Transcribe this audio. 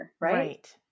Right